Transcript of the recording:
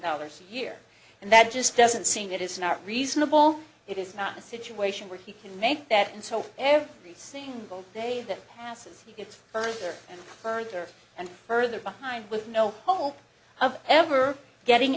dollars a year and that just doesn't seem that is not reasonable it is not a situation where he can make that and so every single day that passes he gets further and further and further behind with no hope of ever getting